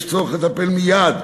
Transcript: יש צורך לטפל מייד,